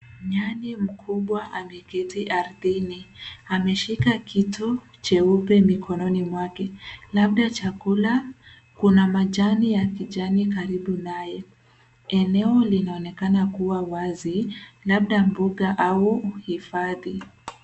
Nyani mkubwa ameketi ardhini ameshika kitu cheupe mikononi mwake, labda chakula. Kuna majani ya kijani karibu naye. Eneo linaonekana kuwa wazi; labda mbuga au hifadhi.